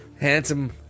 Handsome